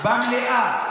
במליאה,